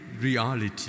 reality